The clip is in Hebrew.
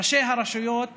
ראשי הרשויות